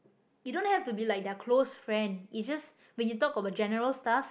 you don't have to be like their close friends is just when you talk about general stuff